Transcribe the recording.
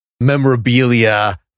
memorabilia